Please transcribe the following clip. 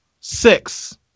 six